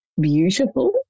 beautiful